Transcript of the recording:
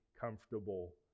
comfortable